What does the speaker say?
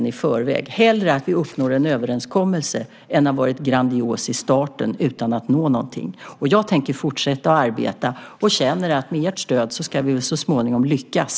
Jag ser hellre att vi uppnår en överenskommelse än att vi har varit grandiosa i starten utan att nå någonting. Jag tänker fortsätta att arbeta, och jag känner att med ert stöd ska vi så småningom lyckas.